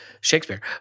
Shakespeare